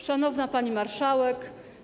Szanowna Pani Marszałek!